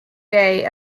day